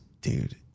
Dude